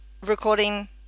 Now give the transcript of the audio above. recording